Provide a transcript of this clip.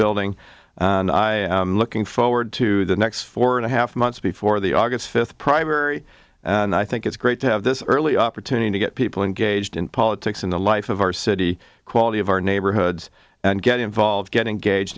building and i looking forward to the next four and a half months before the august fifth primary and i think it's great to have this early opportunity to get people engaged in politics in the life of our city quality of our neighborhoods and get involved get engaged